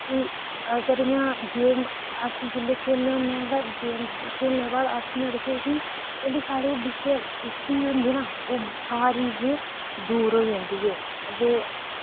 कि अगर इयां गेम अस जिल्लै खेलने होने आं ते गेम खेलने दे बाद अस इयां दिक्खोग कि जेह्ड़ी साढ़े बिच सुस्ती होंदी ना ओह् सारी गे दूर होई जन्दी ऐ ते